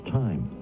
time